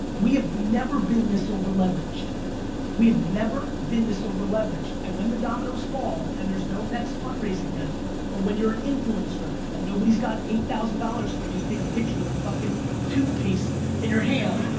we have never been this over-leveraged, we have never been this over-leveraged. and when the dominoes fall, and there's no next fundraising round or when you're an influencer and nobody's got eight thousand dollars for you to take a picture with a fucking toothpaste in your hand,